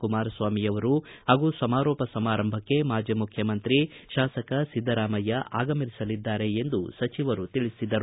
ಕುಮಾರಸ್ವಾಮಿ ಅವರು ಹಾಗೂ ಸಮಾರೋಪ ಸಮಾರಂಭಕ್ಕೆ ಮಾಜಿ ಮುಖ್ಯಮಂತ್ರಿ ಶಾಸಕ ಸಿದ್ದರಾಮಯ್ಯ ಆಗಮಿಸಲಿದ್ದಾರೆ ಎಂದು ಸಚಿವರು ತಿಳಿಸಿದರು